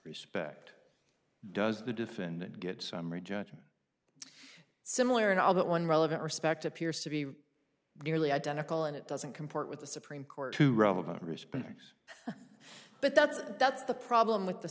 respect does the defendant get summary judgment similar in all but one relevant respect appears to be nearly identical and it doesn't comport with the supreme court to relevant respects but that's that's the problem with the